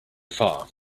far